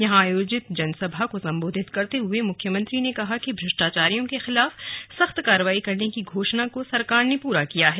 यहां आयोजित जनसभा को संबोधित करते हुए मुख्यमंत्री ने कहा कि भ्रष्टाचारियों के खिलाफ सख्त कार्रवाई करने की घोषणा को सरकार ने पूरा किया है